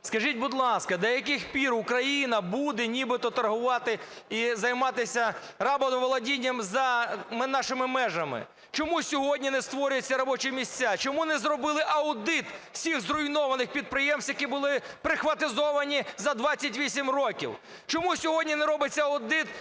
Скажіть, будь ласка, до яких пір Україна буде нібито торгувати і займатися рабоволодінням за нашими межами? Чому сьогодні не створюються робочі місця? Чому не зробили аудит всіх зруйнованих підприємств, які були прихватизовані за 28 років? Чому сьогодні не робиться аудит